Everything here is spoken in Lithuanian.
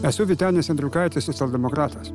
esu vytenis andriukaitis socialdemokratas